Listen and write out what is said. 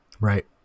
Right